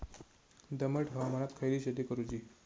दमट हवामानात खयली शेती करूची?